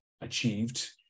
achieved